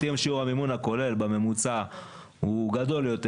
שאם שיעור המימון הכולל בממוצע הוא גדול יותר,